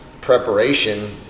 preparation